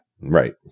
Right